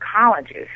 colleges